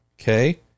Okay